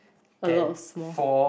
a lot of small